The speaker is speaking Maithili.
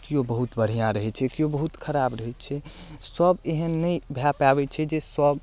केओ बहुत बढ़िया रहै छै केओ बहुत खराब रहै छै सब एहन नहि भए पाबै छै जे सब